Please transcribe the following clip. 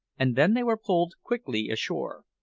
and then they were pulled quickly ashore.